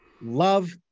Love